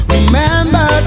Remember